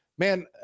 Man